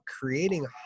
creating